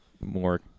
more